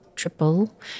Triple